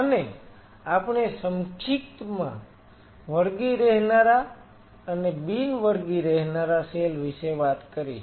અને આપણે સંક્ષિપ્તમાં વળગી રહેનારા અને બિન વળગી રહેનારા સેલ વિશે વાત કરી છે